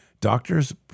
Doctors